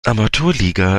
amateurliga